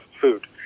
food